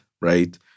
Right